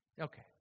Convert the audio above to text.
Okay